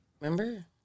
remember